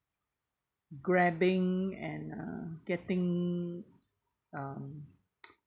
grabbing and uh getting uh